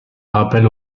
rappel